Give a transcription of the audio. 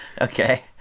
Okay